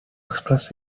express